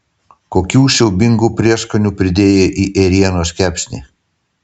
kokių siaubingų prieskonių pridėjai į ėrienos kepsnį